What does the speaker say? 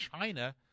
China